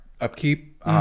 upkeep